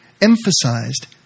emphasized